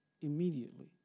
Immediately